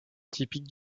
typiques